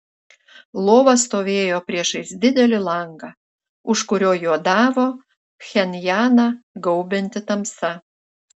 lova stovėjo priešais didelį langą už kurio juodavo pchenjaną gaubianti tamsa